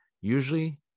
Usually